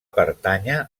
pertànyer